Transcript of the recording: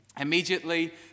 Immediately